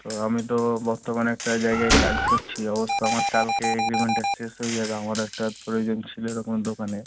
তো আমি তো বর্তমানে একটা জায়গায় কাজ করছি অবশ্য আমার কালকে এগ্রিমেন্টটা শেষ হয়ে যাবে আমার একটা প্রয়োজন ছিল এরকম দোকানের